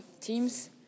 teams